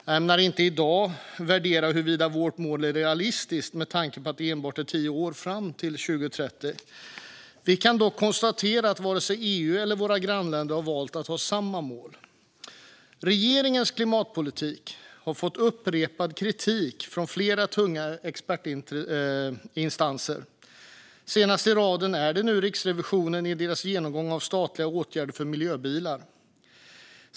Jag ämnar inte i dag värdera huruvida vårt mål är realistiskt med tanke på att det enbart är tio år kvar till 2030. Vi kan dock konstatera att varken EU eller våra grannländer har valt att ha samma mål. Regeringens klimatpolitik har fått upprepad kritik från flera tunga expertinstanser. Senast i raden är Riksrevisionen, som har gjort en genomgång av statliga åtgärder för miljöbilar.